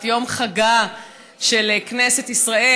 את יום חגה של כנסת ישראל,